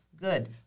Good